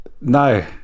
no